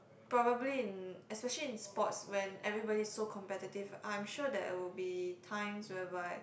probably in especially in sports when everybody is so competitive I'm sure there will be times whereby